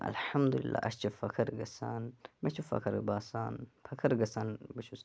اَلحَمدُلِلّلہ اَسہِ چھُ فَخر گَژھان مےٚ چھُ فخر باسان فَخر گَژھان بہٕ چھُس